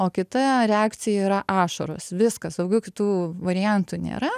o kita reakcija yra ašaros viskas daugiau kitų variantų nėra